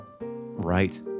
Right